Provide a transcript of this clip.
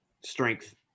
strength